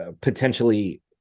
potentially